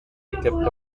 kept